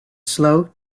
slow